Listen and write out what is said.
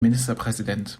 ministerpräsident